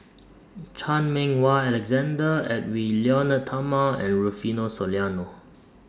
Chan Meng Wah Alexander Edwy Lyonet Talma and Rufino Soliano